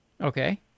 Okay